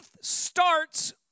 starts